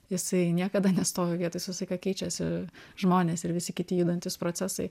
jisai niekada nestovi vietoj jis visą laiką keičiasi žmonės ir visi kiti judantys procesai